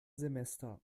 semester